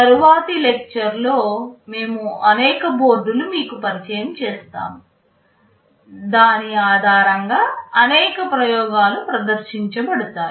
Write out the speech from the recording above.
తరువాతి లెక్చర్ లో మేము అనేక బోర్డులను మీకు పరిచయం చేస్తాము దాని ఆధారంగా అనేక ప్రయోగాలు ప్రదర్శించబడతాయి